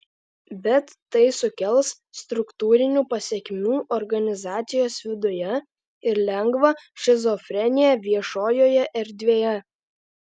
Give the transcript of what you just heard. bet tai sukels struktūrinių pasekmių organizacijos viduje ir lengvą šizofreniją viešojoje erdvėje